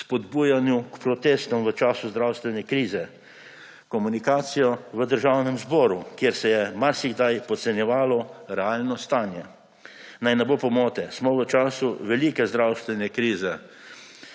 spodbujanja k protestom v času zdravstvene krize bodisi zaradi komunikacije v Državnem zboru, kjer se je marsikdaj podcenjevalo realno stanje. Naj ne bo pomote, smo v času velike zdravstvene krize.